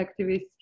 activists